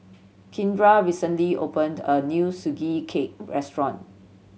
Kindra recently opened a new Sugee Cake restaurant